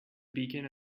beacon